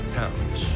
pounds